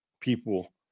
people